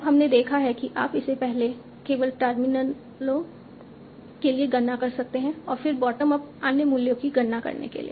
अब हमने देखा है कि आप इसे पहले केवल टर्मिनलों के लिए गणना कर सकते हैं और फिर बॉटम अप अन्य मूल्यों की गणना करने के लिए